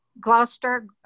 Gloucester